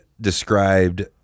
described